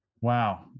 Wow